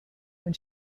when